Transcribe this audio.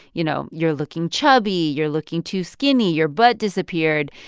you know, you're looking chubby. you're looking too skinny. your butt disappeared.